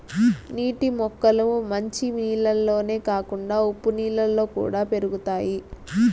నీటి మొక్కలు మంచి నీళ్ళల్లోనే కాకుండా ఉప్పు నీళ్ళలో కూడా పెరుగుతాయి